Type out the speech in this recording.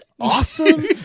awesome